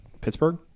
Pittsburgh